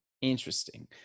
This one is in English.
Interesting